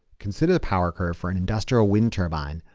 consider the power curve for an industrial wind turbine,